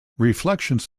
reflections